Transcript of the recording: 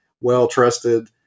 well-trusted